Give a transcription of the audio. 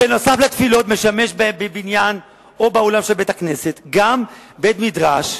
משמש בניין או אולם בית-הכנסת גם בית-מדרש,